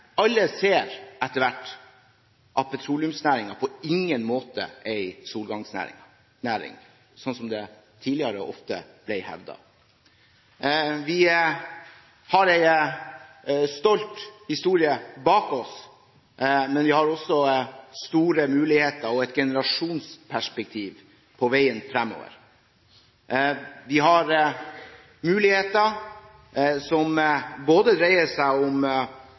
alle etter hvert ser at petroleumsnæringen på ingen måte er en solgangsnæring, sånn som det tidligere ofte ble hevdet. Vi har en stolt historie bak oss, men vi har også store muligheter og et generasjonsperspektiv på veien fremover. Vi har muligheter som dreier seg om